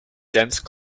dense